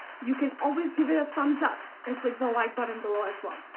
you can always give it a thumbs up and click the like button below as well.